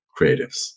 creatives